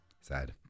Sad